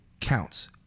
counts